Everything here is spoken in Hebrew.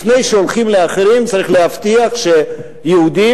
לפני שהולכים לאחרים צריך להבטיח שיהודים,